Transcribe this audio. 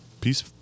Peace